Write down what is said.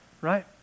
Right